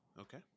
Okay